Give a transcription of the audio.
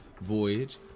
voyage